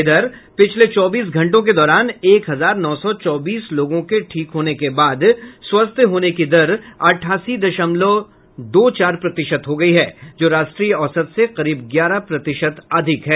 इधर पिछले चौबीस घंटों के दौरान एक हजार नौ सौ चौबीस लोगों के ठीक होने के बाद स्वस्थ होने की दर अठासी दशमलव दो चार प्रतिशत हो गई है जो राष्ट्रीय औसत से करीब ग्यारह प्रतिशत अधिक है